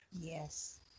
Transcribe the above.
Yes